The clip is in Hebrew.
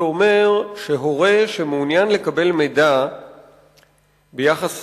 שאומר שהורה שמעוניין לקבל מידע ביחס